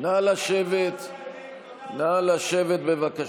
נא לשבת, בבקשה.